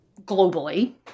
globally